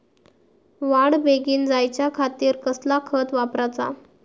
वाढ बेगीन जायच्या खातीर कसला खत वापराचा?